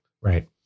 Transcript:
Right